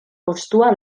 postua